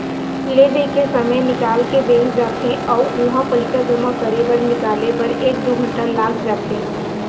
ले दे के समे निकाल के बैंक जाथे अउ उहां पइसा जमा करे बर निकाले बर एक दू घंटा लाग जाथे